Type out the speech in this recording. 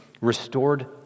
restored